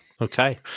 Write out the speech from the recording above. Okay